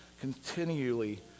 continually